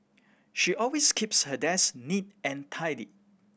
she always keeps her desk neat and tidy